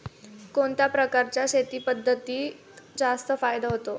कोणत्या प्रकारच्या शेती पद्धतीत जास्त फायदा होतो?